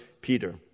Peter